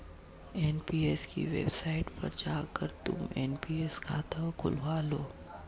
NPS की website पर जाकर तुम एन.पी.एस खाता खुलवा लो